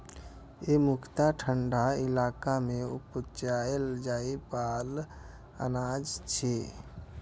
ई मुख्यतः ठंढा इलाका मे उपजाएल जाइ बला अनाज छियै